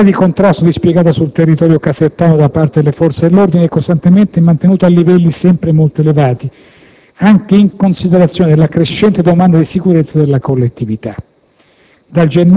L'attività di contrasto dispiegata sul territorio casertano da parte delle forze dell'ordine è costantemente mantenuta a livelli sempre molto elevati, anche in considerazione della crescente domanda di sicurezza della collettività.